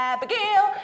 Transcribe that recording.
Abigail